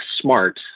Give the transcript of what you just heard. smart